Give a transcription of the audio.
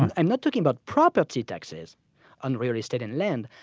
i'm not talking about property taxes on real estate and land.